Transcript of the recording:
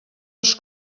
els